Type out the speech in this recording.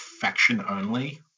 faction-only